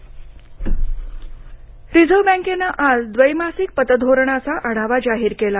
पतधोरण आढावा रिझर्व्ह बँकेनं आज द्वैमासिक पतधोरणाचा आढावा जाहीर केला